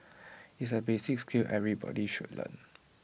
it's A basic skill everybody should learn